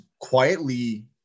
quietly